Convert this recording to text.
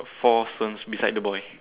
four some's beside the boy